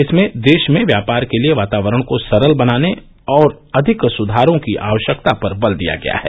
इसमें देश में व्यापार के लिए वातावरण को सरल बनाने और अधिक सुधारों की आवश्यकता पर बल दिया गया है